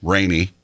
Rainy